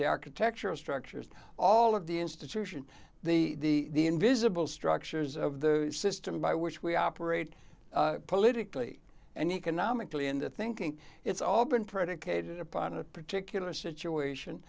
the architecture of structures all of the institution the invisible structures of the system by which we operate politically and economically into thinking it's all been predicated upon a particular situation